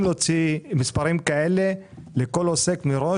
להוציא מספרים כאלה לכל עוסק מראש,